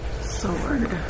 Sword